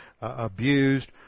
abused